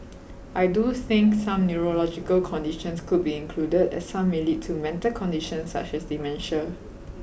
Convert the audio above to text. I do think some neurological conditions could be included as some may lead to mental conditions such as dementia